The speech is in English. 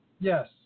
Yes